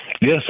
Yes